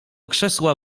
krzesła